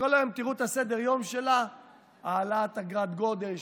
תראו את סדר-היום שלה של כל היום: העלאת אגרת גודש,